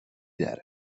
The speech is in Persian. داره